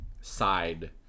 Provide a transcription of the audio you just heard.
side